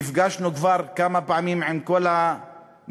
נפגשנו כבר כמה פעמים עם כל המשרדים,